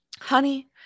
Honey